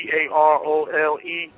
Parole